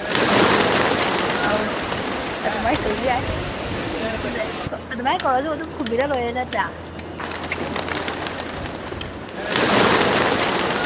ꯑꯧ ꯑꯗꯨꯃꯥꯏ ꯇꯧꯔꯁꯨ ꯌꯥꯏ ꯑꯗꯨꯃꯥꯏ ꯀꯧꯔꯁꯨ ꯑꯗꯨꯝ ꯈꯨꯝꯕꯤꯔꯒ ꯂꯣꯏꯔꯦ ꯅꯠꯇ꯭ꯔꯥ ꯎꯝ